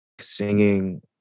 singing